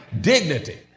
dignity